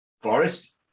forest